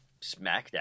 SmackDown